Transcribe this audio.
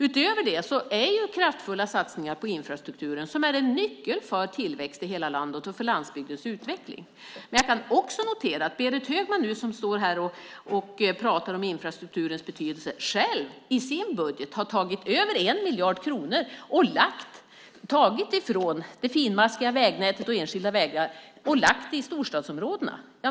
Utöver det är det kraftfulla satsningar på infrastrukturen som är nyckeln för tillväxt i hela landet och för landsbygdens utveckling. Jag kan notera att Berit Högman, som pratar om infrastrukturens betydelse, i sin budget har tagit 1 miljard kronor från det finmaskiga vägnätet och enskilda vägar och lagt det i storstadsområdena.